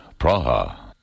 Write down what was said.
Praha